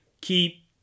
keep